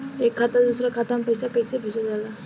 एक खाता से दूसरा खाता में पैसा कइसे भेजल जाला?